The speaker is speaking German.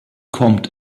kommt